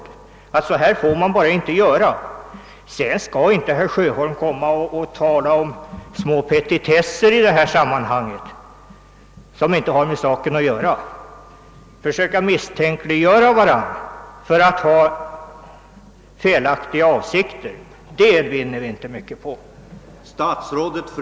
Herr: Sjöholm skall inte tala om petitesser som inte har med saken att göra. Man vinner ingenting på att försöka misstänkliggöra varandra och beskylla varandra för att ha felaktiga avsikter.